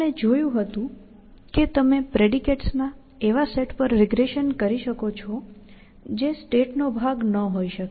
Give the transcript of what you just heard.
આપણે જોયું હતું કે તમે પ્રેડિકેટસ ના એવા સેટ પર રીગ્રેશન કરી શકો છો જે સ્ટેટનો ભાગ ન હોઇ શકે